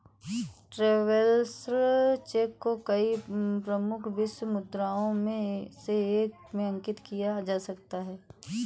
travellers cheque को कई प्रमुख विश्व मुद्राओं में से एक में अंकित किया जा सकता है